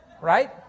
right